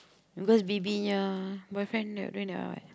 cause Bibi nya boyfriend the doing that one what